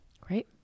Great